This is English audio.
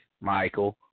Michael